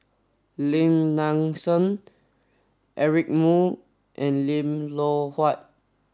Lim Nang Seng Eric Moo and Lim Loh Huat